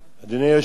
כנסת נכבדה,